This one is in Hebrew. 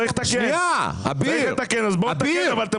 צריך לתקן ולכן בואו נתקן אבל אתם